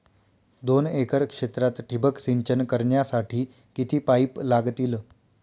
दोन एकर क्षेत्रात ठिबक सिंचन करण्यासाठी किती पाईप लागतील?